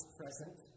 present